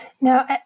Now